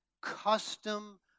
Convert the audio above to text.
custom